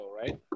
right